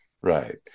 right